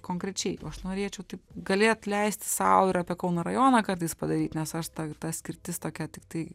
konkrečiai o aš norėčiau taip galėt leisti sau ir apie kauno rajoną kartais padaryt nes aš ta ta skirtis tokia tiktai